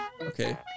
Okay